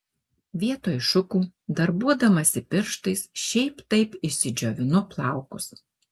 vietoj šukų darbuodamasi pirštais šiaip taip išsidžiovinu plaukus